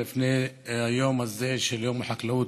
לפני היום הזה של החקלאות,